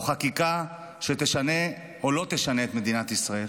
חקיקה שתשנה או לא תשנה את מדינת ישראל.